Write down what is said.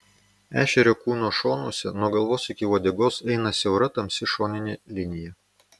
ešerio kūno šonuose nuo galvos iki uodegos eina siaura tamsi šoninė linija